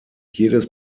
jedes